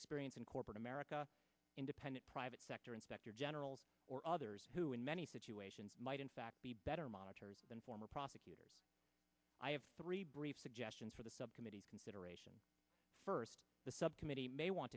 experience in corporate america independent private sector inspector general or others who in many situations might in fact be better monitored than former prosecutors i have three brief suggestions for the subcommittee consideration first the subcommittee may want